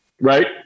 Right